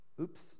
Oops